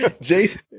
Jason